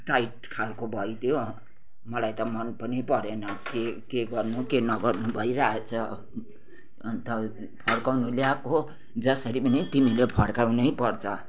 tight खालको भइदियो मलाई त मन पनि परेन के के गर्नु के नगर्नु भइरहेछ अन्त फर्काउनु ल्याको जसरी पनि तिमीले फर्काउनै पर्छ